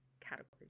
categories